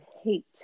hate